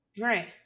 Right